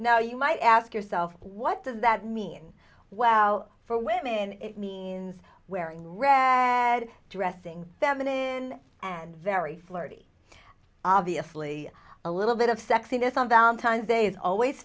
now you might ask yourself what does that mean well for women it means wearing red dressing seven in and very flirty obviously a little bit of sexiness on valentine's day is always